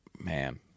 man